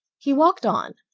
he walked on,